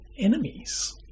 enemies